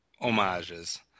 homages